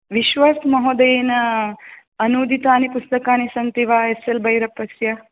विश्वास् महोदयेन अनूदितानि पुस्तकानि सन्ति वा एस् एल् भैरप्पस्य